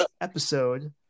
episode